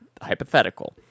Hypothetical